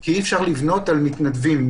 כי אי-אפשר לבנות על מתנדבים.